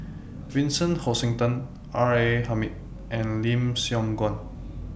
Vincent Hoisington R A Hamid and Lim Siong Guan